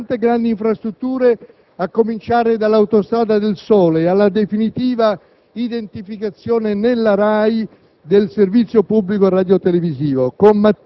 all'industrializzazione del Paese, all'avvio di tante grandi infrastrutture, a cominciare dall'Autostrada del Sole, ed alla definitiva identificazione nella RAI